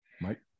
mike